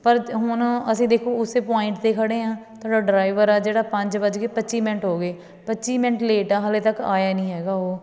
ਪਰ ਹੁਣ ਅਸੀਂ ਦੇਖੋ ਉਸੇ ਪੁਆਇੰਟ 'ਤੇ ਖੜ੍ਹੇ ਹਾਂ ਤੁਹਾਡਾ ਡਰਾਈਵਰ ਆ ਜਿਹੜਾ ਪੰਜ ਵੱਜ ਕੇ ਪੱਚੀ ਮਿੰਟ ਹੋ ਗਏ ਪੱਚੀ ਮਿੰਟ ਲੇਟ ਆ ਹਾਲੇ ਤੱਕ ਆਇਆ ਨਹੀਂ ਹੈਗਾ ਉਹ